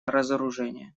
разоружение